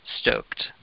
stoked